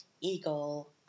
eagle